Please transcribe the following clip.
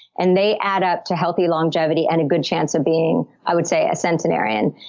and they add up to healthy longevity and a good chance of being, i would say, a centenarian.